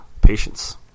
patience